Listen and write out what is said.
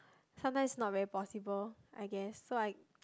sometimes not very possible I guess so I